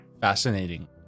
fascinating